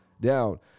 down